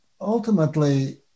ultimately